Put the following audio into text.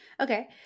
okay